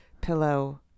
pillow